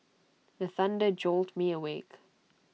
the thunder jolt me awake